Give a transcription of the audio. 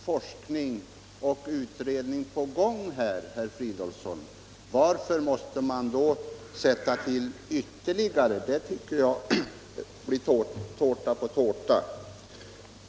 Herr talman! Varför skall man behöva tillsätta ytterligare en utredning, herr Fridolfsson, när det redan är så många utredningar och så mycken forskning på gång? Det tycker jag blir tårta på tårta.